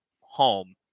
home